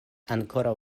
ankoraŭ